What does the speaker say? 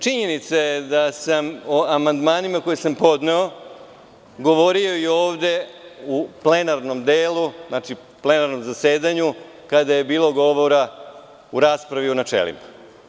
Činjenica je da sam o amandmanima koje sam podneo govorio i ovde u plenarnom delu, plenarnom zasedanju, kada je bilo govora u raspravi u načelima.